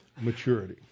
maturity